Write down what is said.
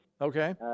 Okay